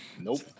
Nope